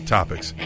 Topics